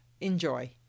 Enjoy